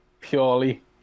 purely